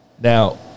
Now